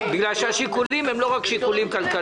בגלל שהשיקולים הם לא רק כלכליים.